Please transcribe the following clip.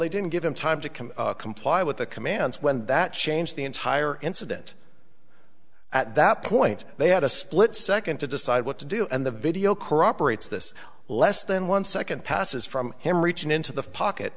they didn't give him time to come comply with the commands when that changed the entire incident at that point they had a split second to decide what to do and the video corroborates this less than one second passes from him reaching into the pocket